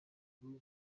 avuga